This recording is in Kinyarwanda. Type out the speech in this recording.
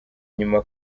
inyuma